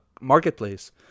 Marketplace